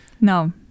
No